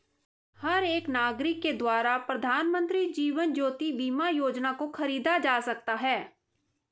हर एक नागरिक के द्वारा प्रधानमन्त्री जीवन ज्योति बीमा योजना को खरीदा जा सकता है